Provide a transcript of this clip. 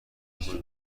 خوبی